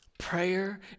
Prayer